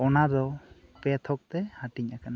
ᱚᱱᱟᱫᱚ ᱯᱮ ᱛᱷᱚᱠ ᱛᱮ ᱦᱟᱹᱴᱤᱧ ᱟᱠᱟᱱᱟ